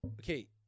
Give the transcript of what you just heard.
Okay